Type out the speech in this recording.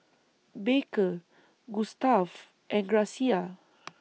Baker Gustav and Gracia